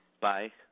Bye